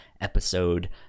episode